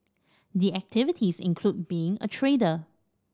the activities include being a trader